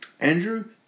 Andrew